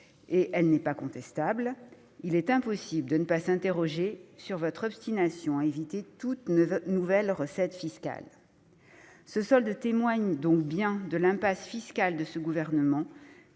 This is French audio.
qui n'est pas contestable, il est impossible de ne pas s'interroger sur votre obstination à refuser toute nouvelle recette fiscale. Ce solde témoigne donc bien de l'impasse fiscale de ce gouvernement,